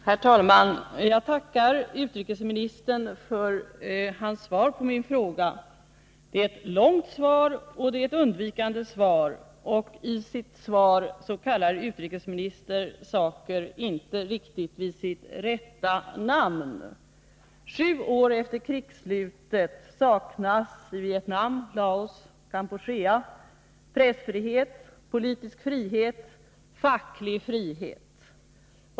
Herr talman! Jag tackar utrikesministern för hans svar på min fråga. Det är ett långt svar, och det är ett undvikande svar, och i svaret kallar utrikesministern saker inte riktigt vid deras rätta namn. Sju år efter krigsslutet saknas i Vietnam, Laos och Kampuchea pressfrihet, politiskt frihet och facklig frihet.